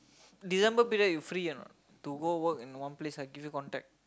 December period you free or not to go work in one place I give you contact